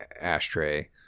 ashtray